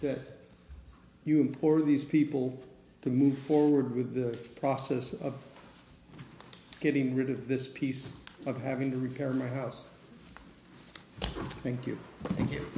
that you or these people to move forward with the process of getting rid of this piece of having to repair my house thank you thank you